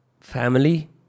family